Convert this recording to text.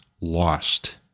lost